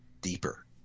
deeper